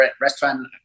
restaurant